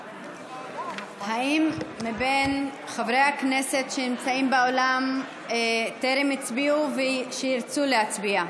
האם מבין חברי הכנסת שנמצאים באולם יש מי שטרם הצביעו וירצו להצביע?